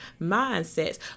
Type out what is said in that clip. mindsets